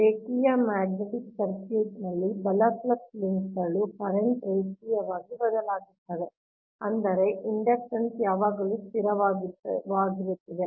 ರೇಖೀಯ magnetic circuit ನಲ್ಲಿ ಬಲ ಫ್ಲಕ್ಸ್ ಲಿಂಕ್ಗಳು ಕರೆಂಟ್ ರೇಖೀಯವಾಗಿ ಬದಲಾಗುತ್ತವೆ ಅಂದರೆ ಇಂಡಕ್ಟನ್ಸ್ ಯಾವಾಗಲೂ ಸ್ಥಿರವಾಗಿರುತ್ತದೆ